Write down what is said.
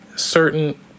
certain